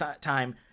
time